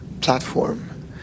platform